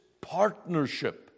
partnership